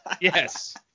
Yes